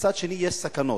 ומצד שני יש סכנות.